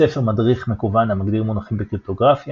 ספר/מדריך מקוון המגדיר מונחים בקריפטוגרפיה,